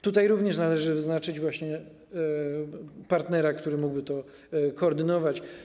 Tutaj również należy wyznaczyć partnera, który mógłby to koordynować.